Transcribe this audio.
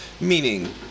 meaning